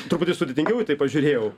truputį sudėtingiau į tai pažiūrėjau